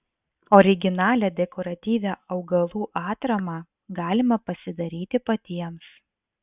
originalią dekoratyvią augalų atramą galima pasidaryti patiems